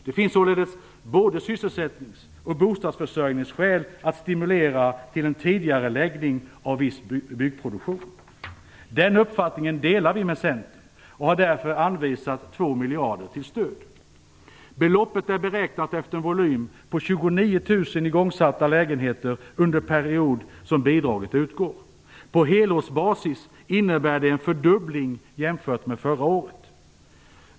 Det finns således både sysselsättnings och bostadsförsörjningsskäl att stimulera till en tidigareläggning av viss nyproduktion. Den uppfattningen delar vi med Centern, och vi har därför anvisat 2 miljarder till stöd. Beloppet är beräknat efter en volym på 29 000 igångsatta lägenheter under den period som bidraget utgår. På helårsbasis innebär det en fördubbling jämfört med förra året.